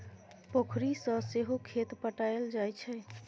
पोखरि सँ सहो खेत पटाएल जाइ छै